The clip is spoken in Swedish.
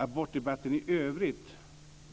Abortdebatten i övrigt